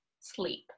sleep